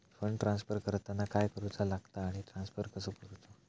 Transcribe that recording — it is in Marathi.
फंड ट्रान्स्फर करताना काय करुचा लगता आनी ट्रान्स्फर कसो करूचो?